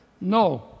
No